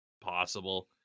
possible